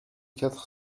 quatre